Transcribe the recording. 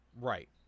Right